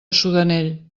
sudanell